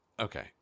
Okay